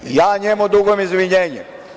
Ja njemu dugujem izvinjenje.